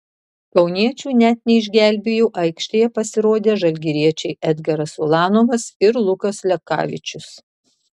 kauniečių net neišgelbėjo aikštėje pasirodę žalgiriečiai edgaras ulanovas ir lukas lekavičius